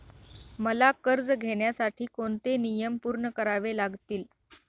मला कर्ज घेण्यासाठी कोणते नियम पूर्ण करावे लागतील?